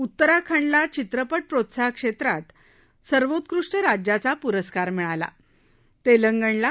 उत्तराखंडला चित्रपट प्रोत्साहक क्षेत्रात सर्वोत्कृष्ट राज्याचा पुरस्कार मिळाला